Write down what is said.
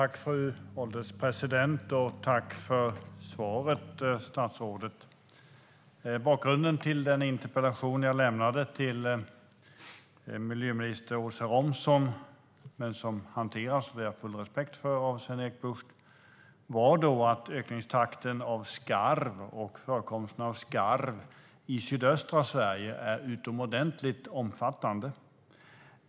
Fru ålderspresident! Jag tackar statsrådet för svaret. Bakgrunden till den interpellation som jag ställde till miljöminister Åsa Romson - som har överlämnats till Sven-Erik Bucht, vilket jag har full respekt för - var att förekomsten och ökningstakten av skarv i sydöstra Sverige är utomordentligt omfattande.